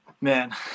Man